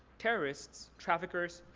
terrorists, traffickers,